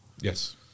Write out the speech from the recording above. Yes